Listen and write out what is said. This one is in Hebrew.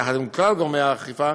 יחד עם כלל גורמי האכיפה,